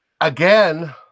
again